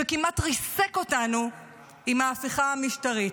שכמעט ריסק אותנו עם ההפיכה המשטרית.